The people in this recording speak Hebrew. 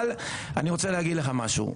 אבל אני רוצה להגיד לך משהו,